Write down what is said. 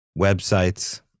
websites